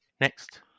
Next